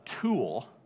tool